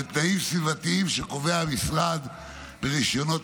ותנאים סביבתיים שקובע המשרד ברישיונות